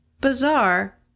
bizarre